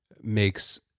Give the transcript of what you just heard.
makes